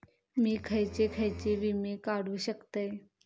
मी खयचे खयचे विमे काढू शकतय?